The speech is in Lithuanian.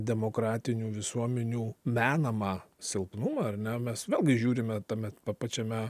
demokratinių visuomenių menamą silpnumą ar ne mes vėlgi žiūrime tame pa pačiame